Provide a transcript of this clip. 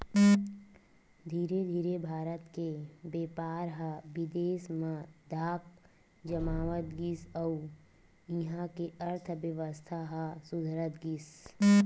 धीरे धीरे भारत के बेपार ह बिदेस म धाक जमावत गिस अउ इहां के अर्थबेवस्था ह सुधरत गिस